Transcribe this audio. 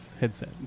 headset